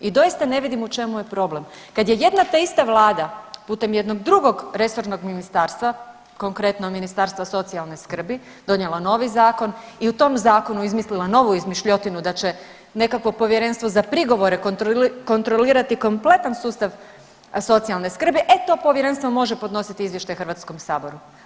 I doista ne vidim u čemu je problem, kad je jedna te ista vlada putem jednog drugog resornog ministarstva konkretno Ministarstva socijalne skrbi donijela novi zakon i u tom zakonu izmislila novu izmišljotinu da će nekakvo povjerenstvo za prigovore kontrolirati kompletan sustav socijalne skrbi, e to povjerenstvo može podnositi izvještaj Hrvatskom saboru.